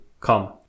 come